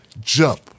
jump